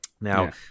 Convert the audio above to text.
Now